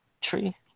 tree